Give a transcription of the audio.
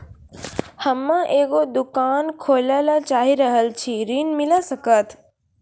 हम्मे एगो दुकान खोले ला चाही रहल छी ऋण मिल सकत?